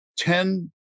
ten